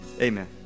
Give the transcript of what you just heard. Amen